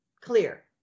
Clear